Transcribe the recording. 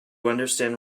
understand